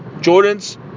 Jordan's